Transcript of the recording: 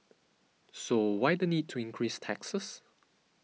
so why the need to increase taxes